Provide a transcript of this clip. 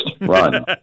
run